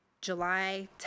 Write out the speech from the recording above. July